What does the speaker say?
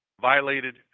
violated